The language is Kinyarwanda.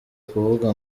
kuvuga